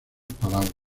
palabras